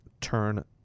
turn